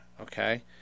okay